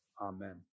Amen